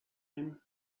him